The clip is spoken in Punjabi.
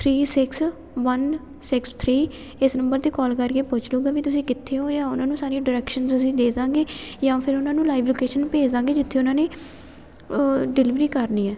three six one six three ਇਸ ਨੰਬਰ 'ਤੇ ਕੋਲ ਕਰਕੇ ਪੁੱਛ ਲੂਗਾ ਵੀ ਤੁਸੀਂ ਕਿੱਥੇ ਹੋ ਜਾਂ ਉਹਨਾਂ ਨੂੰ ਸਾਰੀਆਂ ਡਰੈਕਸ਼ਨਸ ਅਸੀਂ ਦੇ ਦਾਂਗੇ ਜਾਂ ਫਿਰ ਉਹਨਾਂ ਨੂੰ ਲਾਈਵ ਲੋਕੇਸ਼ਨ ਭੇਜ ਦਾਂਗੇ ਜਿੱਥੇ ਉਹਨਾਂ ਨੇ ਡਿਲੀਵਰੀ ਕਰਨੀ ਹੈ